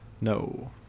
No